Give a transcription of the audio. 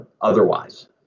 otherwise